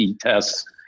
tests